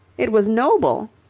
it was noble.